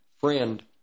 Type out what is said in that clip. friend